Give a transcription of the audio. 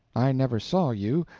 i never saw you,